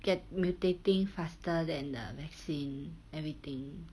get mutating faster than the vaccine everything